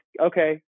okay